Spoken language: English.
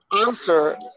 answer